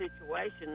situation